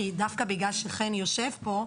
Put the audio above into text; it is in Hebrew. כי דווקא בגלל שחן יושב פה,